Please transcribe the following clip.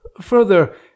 further